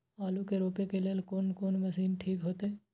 आलू के रोपे के लेल कोन कोन मशीन ठीक होते?